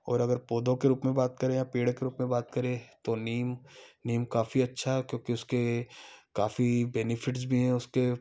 और अगर पौधों के रूप में बात करें या पेड़ के रूप में बात करें तो नीम नीम काफी अच्छा है क्योंकि उसके काफी बेनिफिट्स भी हैं उसके